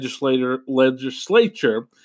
Legislature